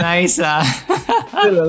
Nice